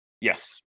yes